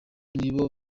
nibo